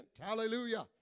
hallelujah